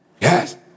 Yes